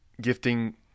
gifting